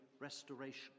restoration